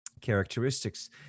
characteristics